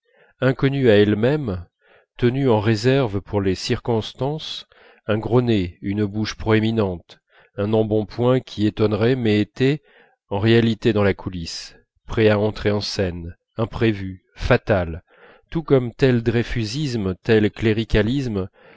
inconnus à elles-mêmes tenus en réserve pour les circonstances un gros nez une bouche proéminente un embonpoint qui étonnerait mais était en réalité dans la coulisse prêt à entrer en scène tout comme tel dreyfusisme tel cléricalisme